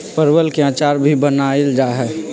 परवल के अचार भी बनावल जाहई